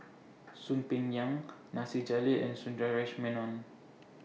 Soon Peng Yam Nasir Jalil and Sundaresh Menon